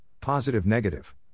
positive-negative